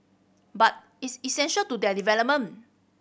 but it's essential to their development